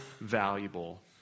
valuable